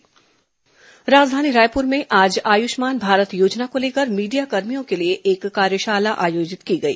आयुष्मान भारत कार्यशाला राजधानी रायपुर में आज आयुष्मान भारत योजना को लेकर मीडियाकर्मियों के लिए एक कार्यशाला आयोजित की गई